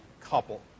couple